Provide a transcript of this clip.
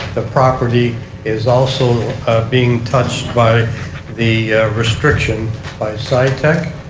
the property is also being touched by the restriction by sci-tech.